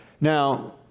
Now